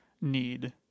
need